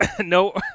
No